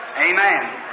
Amen